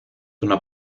una